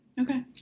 Okay